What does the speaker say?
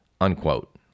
unquote